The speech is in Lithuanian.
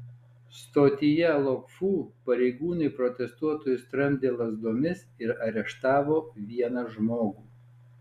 stotyje lok fu pareigūnai protestuotojus tramdė lazdomis ir areštavo vieną žmogų